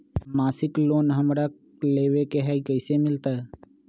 मासिक लोन हमरा लेवे के हई कैसे मिलत?